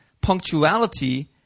punctuality